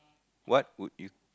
what would you